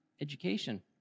education